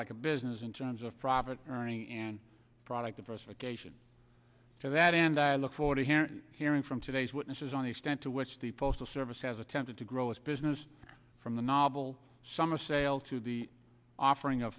like a business in terms of profit earning and product investigation to that end i look forward to hear and hearing from today's witnesses on the extent to which the postal service has attempted to grow its business from the novel summer sale to the offering